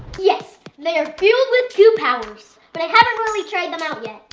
yes, they are fueled with goo powers, but i haven't really tried them out yet.